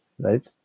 right